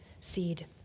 seed